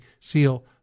Seal